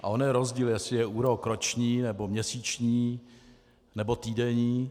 A ono je rozdíl, jestli je úrok roční, nebo měsíční, nebo týdenní.